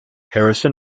harrison